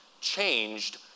changed